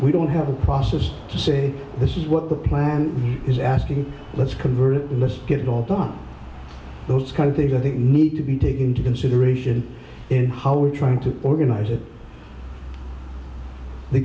we don't have a process say this is what the plan is asking let's convert it let's get it all done those kind of things i think need to be taken into consideration in how we're trying to organize it the